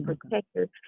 protector